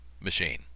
machine